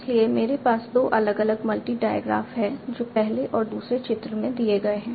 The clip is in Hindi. इसलिए मेरे पास 2 अलग अलग मल्टी डायग्राफ हैं जो पहले और दूसरे चित्र में दिए गए हैं